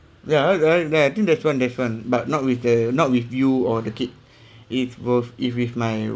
ya I I that I think there's one there's one but not with a not with you or the kid it was it's with my